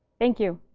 thank you.